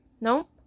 Nope